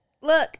Look